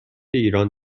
ایران